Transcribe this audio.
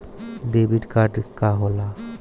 Debit card का होला?